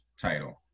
title